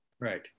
Right